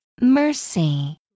mercy